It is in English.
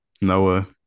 Noah